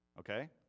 Okay